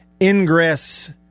ingress